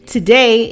Today